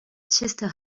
chester